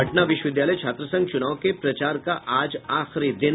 पटना विश्वविद्यालय छात्रसंघ चुनाव के प्रचार का आज आखिरी दिन